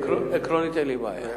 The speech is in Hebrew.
עקרונית אין לי בעיה.